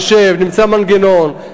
נשב, נמצא מנגנון.